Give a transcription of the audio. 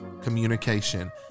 communication